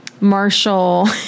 Marshall